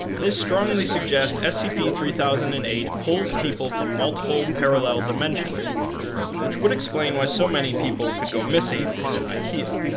this strongly suggests scp three thousand and eight pulls people from multiple parallel dimensions which would explain why so many people could go missing in an ikea